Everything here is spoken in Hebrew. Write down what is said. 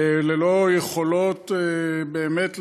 ללא יכולות באמת להזיז,